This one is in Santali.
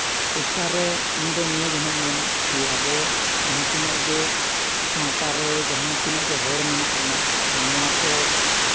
ᱪᱮᱥᱴᱟ ᱨᱮ ᱤᱧ ᱫᱚ ᱱᱤᱭᱟᱹ ᱜᱮ ᱱᱟᱦᱟᱜ ᱤᱧ ᱢᱮᱱᱟ ᱠᱤ ᱟᱵᱚ ᱡᱟᱦᱟᱸ ᱛᱤᱱᱟᱹᱜ ᱜᱮ ᱥᱟᱶᱛᱟ ᱮᱨ ᱡᱟᱦᱟᱸ ᱛᱤᱱᱟᱹᱜ ᱜᱮ ᱦᱚᱲ ᱢᱮᱱᱟᱜ ᱵᱚᱱᱟ ᱛᱚ ᱱᱚᱣᱟ ᱠᱚ